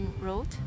Road